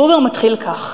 בובר מתחיל כך: